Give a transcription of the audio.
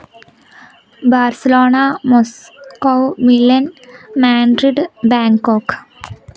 Barcelona Moscow Milan Madrid Bangkok